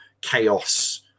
chaos